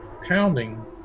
pounding